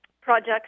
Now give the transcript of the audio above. projects